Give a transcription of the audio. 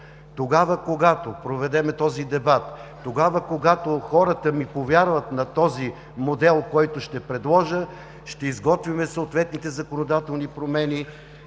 Тогава когато проведем този дебат, тогава когато хората ми повярват за този модел, който ще предложа, ще изготвим съответните законодателни промени.